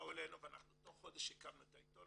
באו אלינו ואנחנו תוך חודש הקמנו את העיתון